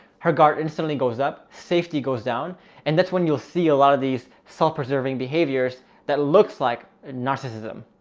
her guard instantly goes up. safety goes down and that's when you'll see a lot of these self-preserving behaviors that looks like narcissism,